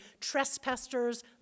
trespassers